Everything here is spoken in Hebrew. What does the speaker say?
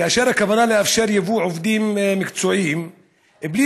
כאשר הכוונה לאפשר יבוא עובדים מקצועיים בלי